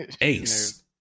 Ace